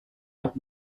los